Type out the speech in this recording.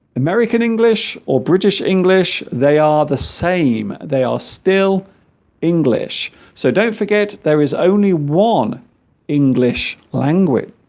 american english or british english they are the same they are still english so don't forget there is only one english language